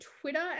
Twitter